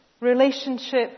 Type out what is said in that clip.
relationship